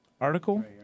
article